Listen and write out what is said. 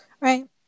right